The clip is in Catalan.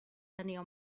tenia